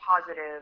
positive